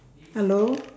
hello